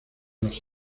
las